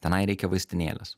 tenai reikia vaistinėlės